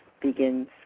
Begins